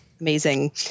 amazing